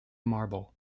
marble